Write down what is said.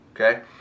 Okay